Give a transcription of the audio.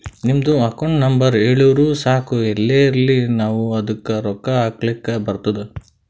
ನಿಮ್ದು account number ಹೇಳುರು ಸಾಕ್ ಎಲ್ಲೇ ಇರ್ಲಿ ನಾವೂ ಅದ್ದುಕ ರೊಕ್ಕಾ ಹಾಕ್ಲಕ್ ಬರ್ತುದ್